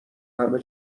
همه